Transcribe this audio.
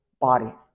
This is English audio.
body